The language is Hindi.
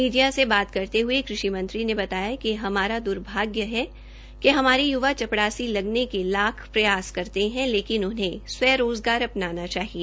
मीडिया से रूबरू हुए क्रषि मंत्री ने बताया कि हमारा दुर्भाग्य है कि हमारे युवा चपड़ासी लगने के लाख प्रयास करते है लेकिन उन्हे स्व रोजगार अपनाना चाहिए